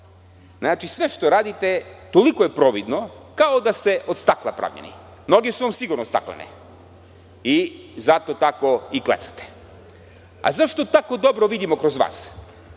Sve što radite toliko je providno kao da ste od stakla pravljeni. Noge su vam sigurno staklene i zato tako i klecate. Zašto tako dobro vidimo kroz vas?